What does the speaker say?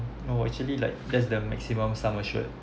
no actually like that's the maximum sum assured